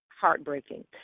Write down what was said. heartbreaking